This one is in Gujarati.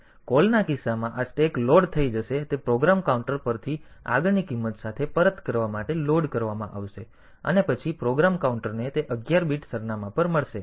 તેથી કોલના કિસ્સામાં આ સ્ટેક લોડ થઈ જશે તે પ્રોગ્રામ કાઉન્ટર પરથી આગળની કિંમત સાથે પરત કરવા માટે લોડ કરવામાં આવશે અને પછી પ્રોગ્રામ કાઉન્ટરને તે 11 બીટ સરનામાં પર મળશે